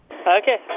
Okay